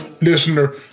listener